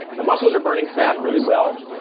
the muscles are burning fat really well.